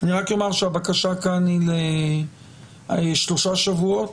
אני רק אומר שהבקשה כאן היא שלושה שבועות?